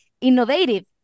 innovative